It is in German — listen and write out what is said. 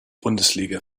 bundesliga